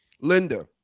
Linda